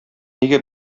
нигә